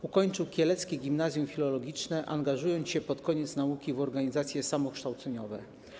Ukończył kieleckie gimnazjum filologiczne, angażował się pod koniec nauki w organizacje samokształceniowe.